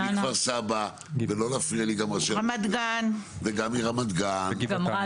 מרעננה מכפר סבא גם רמת גן וגם רעננה,